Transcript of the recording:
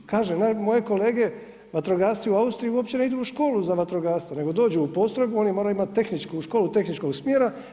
Kažu moji kolege vatrogasci u Austriji uopće ne idu u školu za vatrogasca, nego dođu u postrojbu, oni moraju imati tehničku školu, školu tehničkog smjera.